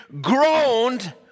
groaned